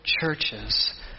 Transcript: churches